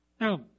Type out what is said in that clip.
Now